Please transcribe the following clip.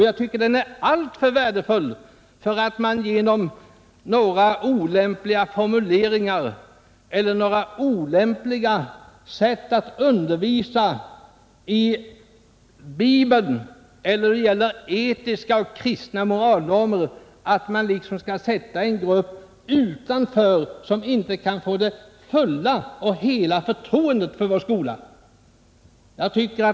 Jag tycker den är alltför värdefull för att man — genom några olämpliga formuleringar eller olämpliga undervisningsmetoder i fråga om Bibeln eller etiska och kristna moralnormer — skall ställa en grupp utanför, en grupp som därför inte kan få helt och fullt förtroende för vår skola.